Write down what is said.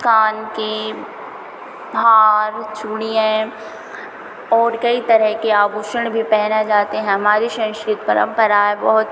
कान के हार चूड़ियाँ और कई तरह के आभूषण भी पहनाए जाते हैं हमारी संस्कृति परंपराएँ बहुत